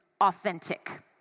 authentic